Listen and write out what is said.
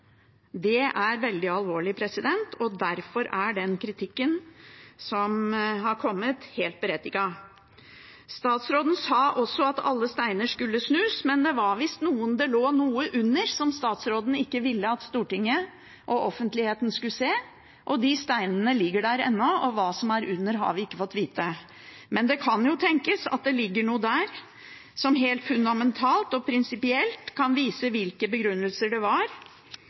Det er veldig alvorlig, og derfor er den kritikken som har kommet, helt berettiget. Statsråden sa også at alle steiner skulle snus, men det var visst noen steiner det lå noe under som statsråden ikke ville at Stortinget og offentligheten skulle se. De steinene ligger der ennå, og hva som er under, har vi ikke fått vite. Men det kan jo tenkes at det ligger noe der som helt fundamentalt og prinsipielt kan vise hvilke begrunnelser det var